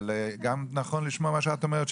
אבל גם נכון לשמוע מה שאת אומרת,